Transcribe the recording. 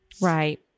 Right